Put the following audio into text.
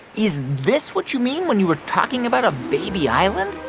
is this what you mean when you were talking about a baby island?